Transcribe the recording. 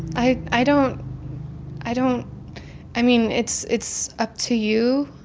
i i don't i don't i mean, it's it's up to you,